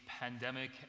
pandemic